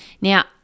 Now